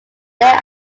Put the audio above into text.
there